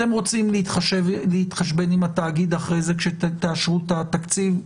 אתם רוצים להתחשבן עם התאגיד אחרי זה כשתאשרו את התקציב,